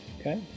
Okay